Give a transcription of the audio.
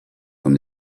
from